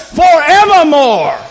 forevermore